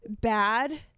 bad